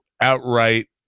outright